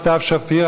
סתיו שפיר,